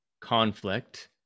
conflict